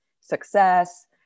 success